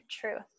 truth